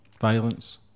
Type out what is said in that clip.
violence